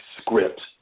scripts